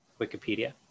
Wikipedia